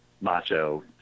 macho